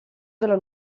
della